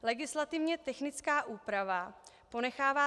Legislativně technická úprava ponechává